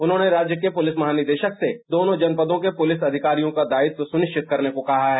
उन्होंने राज्य के पुलिस महानिदेशक से दोनों जनपदों के पुलिस अधिकारियों का दायित्व सुनिश्चित करने को कहा है